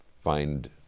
find